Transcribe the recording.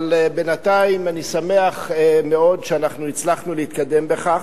אבל בינתיים אני שמח מאוד שאנחנו הצלחנו להתקדם בכך.